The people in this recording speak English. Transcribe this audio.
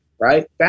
right